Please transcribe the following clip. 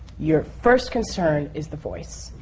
your first concern is the voice.